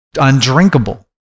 undrinkable